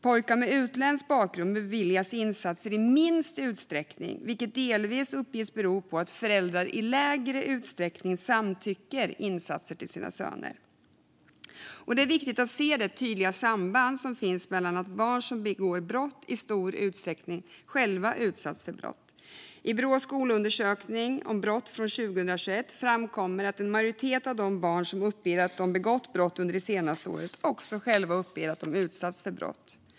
Pojkar med utländsk bakgrund beviljas insatser i minst utsträckning, vilket delvis uppges bero på att deras föräldrar i mindre utsträckning samtycker till insatser till sina söner. Det är viktigt att se det tydliga sambandet att barn som begår brott i stor utsträckning själva utsatts för brott. I Brås skolundersökning från 2021 om brott framkommer att en majoritet av de barn som uppger att de begått brott under det senaste året också själva uppger att de utsatts för brott.